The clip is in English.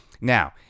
now